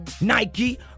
Nike